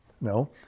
no